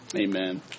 Amen